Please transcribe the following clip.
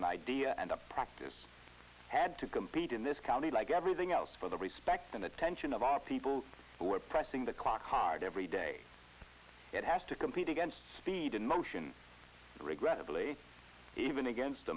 an idea and a practice had to compete in this county like everything else for the respect and attention of our people who are pressing the clock hard every day it has to compete against speed in motion regrettably even against